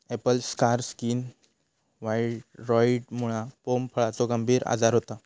Apple scar skin व्हायरॉइडमुळा पोम फळाचो गंभीर आजार होता